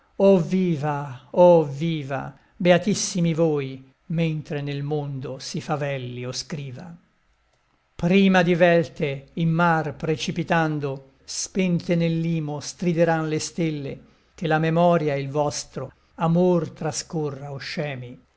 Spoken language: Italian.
viva oh viva beatissimi voi mentre nel mondo si favelli o scriva prima divelte in mar precipitando spente nell'imo strideran le stelle che la memoria e il vostro amor trascorra o scemi